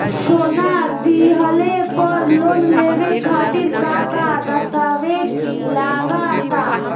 सोना दिहले पर लोन लेवे खातिर का का दस्तावेज लागा ता?